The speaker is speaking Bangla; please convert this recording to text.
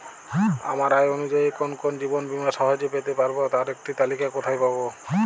আমার আয় অনুযায়ী কোন কোন জীবন বীমা সহজে পেতে পারব তার একটি তালিকা কোথায় পাবো?